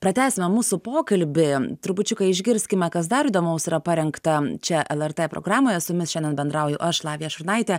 pratęsime mūsų pokalbį trupučiuką išgirskime kas dar įdomaus yra parengta čia lrt programoje su jumis šiandien bendrauju aš lavija šurnaitė